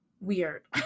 weird